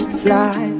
fly